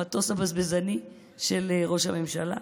המטוס הבזבזני של ראש הממשלה,